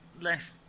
less